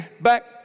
back